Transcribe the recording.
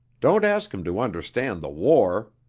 don't ask him to understand the war!